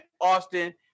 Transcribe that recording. Austin